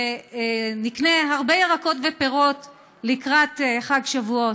שנקנה הרבה ירקות ופירות לקראת חג שבועות,